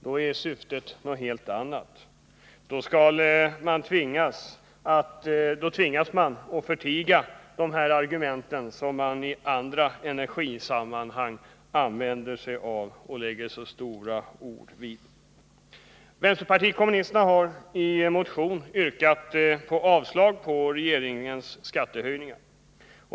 Då är syftet något helt annat, och då tvingas man att hålla inne med de i andra energisammanhang använda stora orden. Vänsterpartiet kommunisterna har i en motion yrkat avslag på regeringens ska tehöjningar.